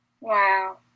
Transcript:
Wow